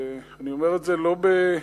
אני אומר את זה לא בקנטור,